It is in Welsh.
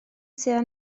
tua